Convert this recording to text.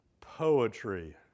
poetry